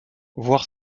voir